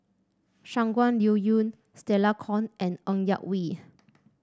Shangguan Liuyun Stella Kon and Ng Yak Whee